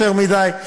יותר מדי,